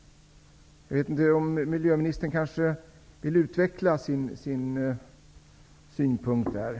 Miljöministern kanske kan utveckla sina synpunkter på det.